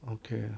okay